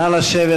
נא לשבת,